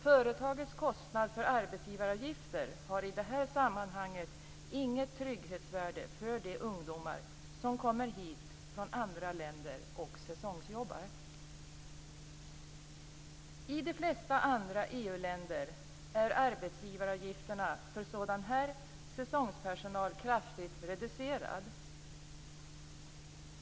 Företagets kostnad för arbetsgivaravgifter har i det här sammanhanget inget trygghetsvärde för de ungdomar som kommer hit från andra länder och säsongsjobbar. I de flesta andra EU-länder är arbetsgivaravgifterna för sådan här säsongspersonal kraftigt reducerad.